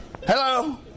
Hello